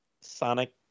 Sonic